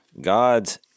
God's